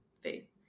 faith